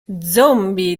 zombie